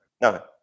No